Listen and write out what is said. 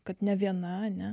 kad nė viena ne